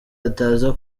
ataza